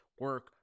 Work